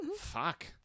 Fuck